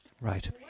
Right